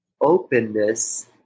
openness